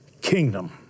Kingdom